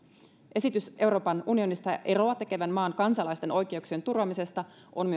esitys euroopan unionista eroa tekevän maan kansalaisten oikeuksien turvaamisesta on